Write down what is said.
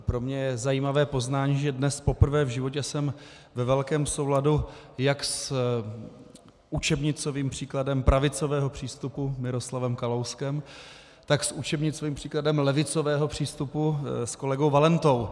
Pro mě je zajímavé poznání, že dnes poprvé v životě jsem ve velkém souladu jak s učebnicovým příkladem pravicového přístupu Miroslavem Kalouskem, tak s učebnicovým příkladem levicového přístupu, s kolegou Valentou.